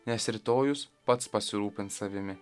nes rytojus pats pasirūpins savimi